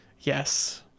Yes